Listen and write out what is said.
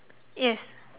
yes